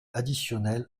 additionnel